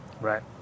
Right